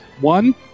one